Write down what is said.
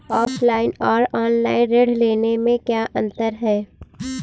Offline और online ऋण लेने में क्या अंतर है?